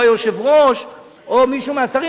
או היושב-ראש או מישהו מהשרים,